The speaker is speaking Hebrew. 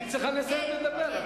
היא צריכה לסיים לדבר.